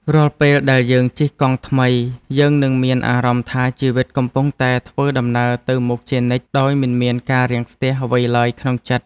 រាល់ពេលដែលយើងជិះកង់ថ្មីយើងនឹងមានអារម្មណ៍ថាជីវិតកំពុងតែធ្វើដំណើរទៅមុខជានិច្ចដោយមិនមានការរាំងស្ទះអ្វីឡើយក្នុងចិត្ត។